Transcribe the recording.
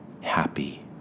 happy